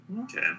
Okay